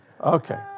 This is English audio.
Okay